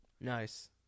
Nice